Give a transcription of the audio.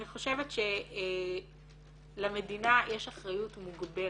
אני חושבת שלמדינה יש אחריות מוגבלת.